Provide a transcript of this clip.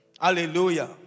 Hallelujah